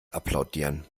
applaudieren